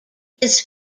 his